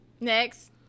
Next